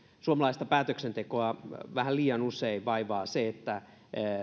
suomalaista päätöksentekoa vähän liian usein vaivaa se että